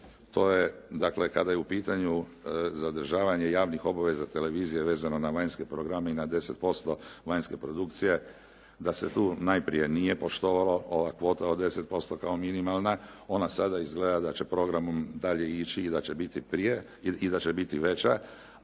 to je dakle kada je u pitanju zadržavanje javnih obaveza televizije vezano na vanjske programe i na 10% vanjske produkcije da se tu najprije nije poštovala ova kvota od 10% kao minimalna. Ona sada izgleda da će programom dalje ići i da će biti prije i da će biti veća,